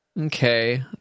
okay